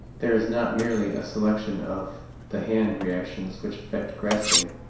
there is not merely a selection of the hand reactions which effect grasping,